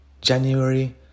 January